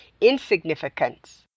insignificance